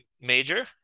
major